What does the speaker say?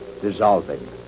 dissolving